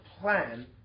plan